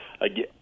again